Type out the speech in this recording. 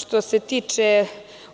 Što se tiče